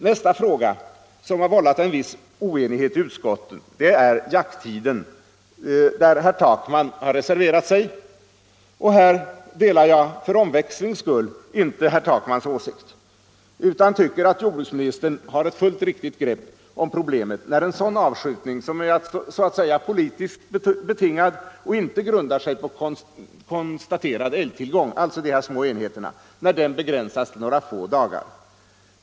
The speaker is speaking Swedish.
Nästa fråga, som vållat en viss oenighet i utskottet, är jakttiden. Där har herr Takman reserverat sig. Här delar jag för omväxlings skull inte herr Takmans åsikt, utan tycker att jordbruksministern har ett fullt riktigt grepp om problemet när sådan avskjutning, som är så att säga politiskt betingad och inte grundar sig på konstaterad älgtillgång — alltså de små enheterna — begränsas till några få dagar.